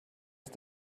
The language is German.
ist